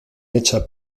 hecha